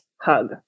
Hug